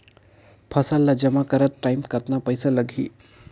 Form ला जमा करत टाइम कतना पइसा लगही?